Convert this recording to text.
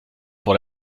vor